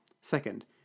Second